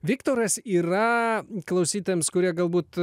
viktoras yra klausytojams kurie galbūt